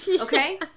Okay